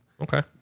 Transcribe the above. Okay